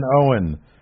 Owen